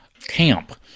camp